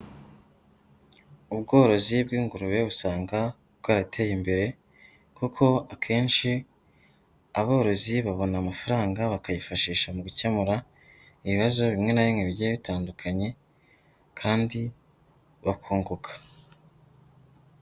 Ubworozi bw'ingurube usanga bwarateye imbere kuko akenshi aborozi babona amafaranga bakayifashisha mu gukemura ibibazo bimwe na bimwe bigiye bitandukanye kandi bakunguka.